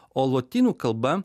o lotynų kalba